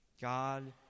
God